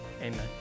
amen